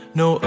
no